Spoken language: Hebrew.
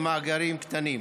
החליטה,